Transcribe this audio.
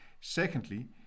Secondly